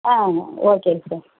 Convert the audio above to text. ஆமாம் ஓகேங்க சார்